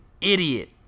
idiot